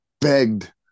begged